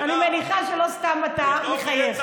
אני מניחה שלא סתם אתה מחייך.